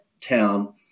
town